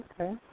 okay